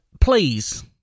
please